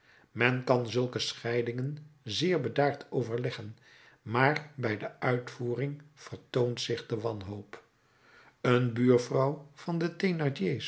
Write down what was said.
men kan zulke scheidingen zeer bedaard overleggen maar bij de uitvoering vertoont zich de wanhoop een buurvrouw van de